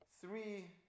three